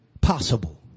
possible